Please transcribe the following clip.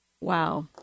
Wow